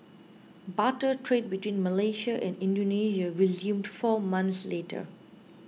barter trade between Malaysia and Indonesia resumed four months later